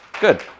Good